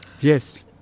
Yes